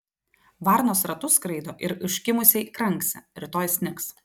varnos ratu skraido ir užkimusiai kranksi rytoj snigs